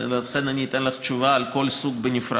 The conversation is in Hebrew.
ולכן אני אתן לך תשובה על כל סוג בנפרד.